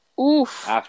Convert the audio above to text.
Oof